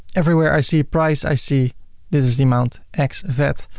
everywhere i see price, i see this is the amount ex. vat.